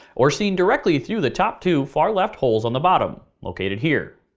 or seen directly through the top two far left holes on the bottom, located here.